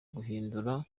kwihindura